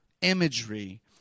imagery